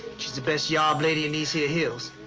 she's the best yarb lady in these here hills.